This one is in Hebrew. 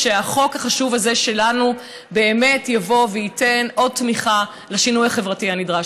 והחוק החשוב הזה שלנו באמת יבוא וייתן עוד תמיכה לשינוי החברתי הנדרש.